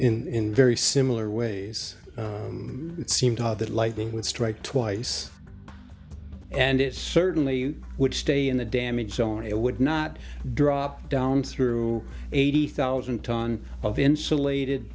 in very similar ways it seemed that lightning would strike twice and it certainly would stay in the damage so it would not drop down through eighty thousand ton of insulated